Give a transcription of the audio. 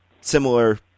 similar